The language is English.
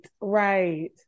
right